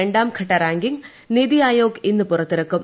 രണ്ടാംഘട്ട റാങ്കിംഗ് നിതി ആയോഗ് ഇന്ന് പുറത്തിറക്കും